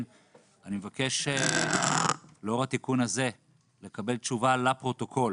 אני מבקש לאור התיקון הזה לקבל תשובה לפרוטוקול